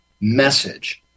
message